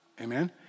Amen